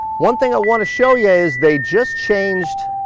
one thing i wanna show you is they just changed